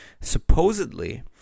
Supposedly